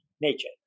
nature